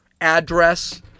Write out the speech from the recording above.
address